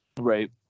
right